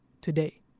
today